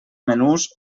menús